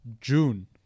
June